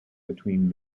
between